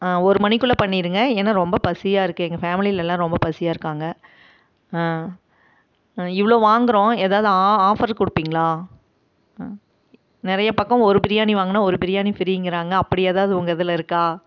ஆ ஒரு மணிக்குள்ளே பண்ணிடிங்க ஏன்னால் ரொம்ப பசியாக இருக்குது எங்கள் ஃபேமிலியில் எல்லாம் ரொம்ப பசியாக இருக்காங்க ஆ ஆ இவ்வளோ வாங்குகிறோம் ஏதாவது ஆஃபர் கொடுப்பிங்களா நிறைய பக்கம் ஒரு பிரியாணி வாங்கினா ஒரு பிரியாணி ஃப்ரீங்கிறாங்க அப்படி ஏதாவது உங்கள் இதில் இருக்கா